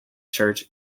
church